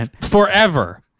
forever